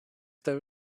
there